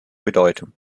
bedeutung